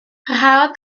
parhaodd